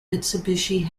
mitsubishi